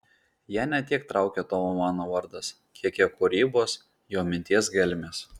ją ne tiek traukia tomo mano vardas kiek jo kūrybos jo minties gelmės